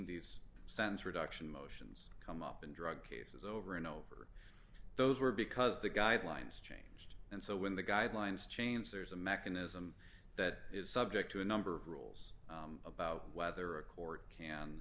these sands reduction motions come up in drug cases over and over those were because the guidelines changed and so when the guidelines change there's a mechanism that is subject to a number of rules about whether a court can